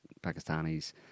Pakistanis